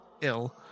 ill